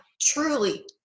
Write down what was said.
truly